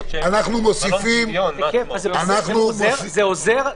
זה עוזר?